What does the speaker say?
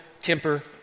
temper